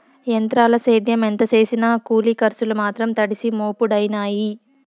ఎంత్రాల సేద్యం ఎంత సేసినా కూలి కర్సులు మాత్రం తడిసి మోపుడయినాయి